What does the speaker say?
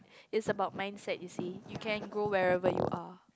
it about mindset you see you can go wherever you are